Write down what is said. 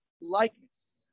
likeness